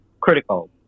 critical